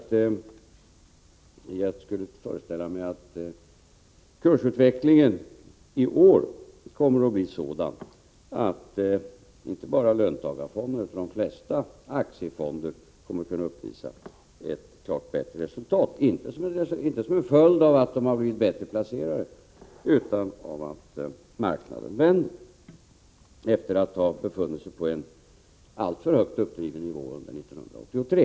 För det första: Jag skulle föreställa mig att kursutvecklingen i år kommer att bli sådan att inte bara löntagarfonderna utan de flesta aktiefonder kommer att kunna uppvisa ett klart bättre resultat — inte som en följd av att de har blivit bättre placerare utan som en följd av att marknaden vänder efter att ha befunnit sig på en alltför högt uppdriven nivå under 1983.